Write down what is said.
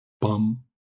Bum